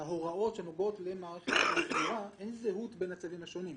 הם יפורסמו בעוד חצי שנה, זה יהיה בעוד שנה,